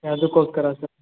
ಯಾವುದಕ್ಕೋಸ್ಕರ sir